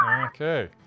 Okay